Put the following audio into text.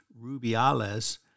Rubiales